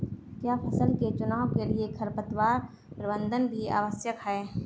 क्या फसल के चुनाव के लिए खरपतवार प्रबंधन भी आवश्यक है?